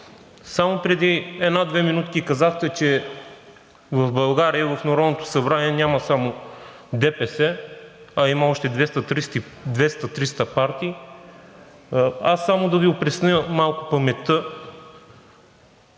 Само преди една-две минутки казахте, че в България и в Народното събрание няма само ДПС, а има още 200 – 300 партии. Аз само да Ви опресня малко паметта